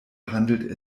handelt